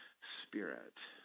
Spirit